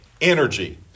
energy